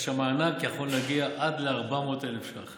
כאשר מענק יכול להגיע עד ל-400,000 ש"ח